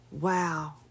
wow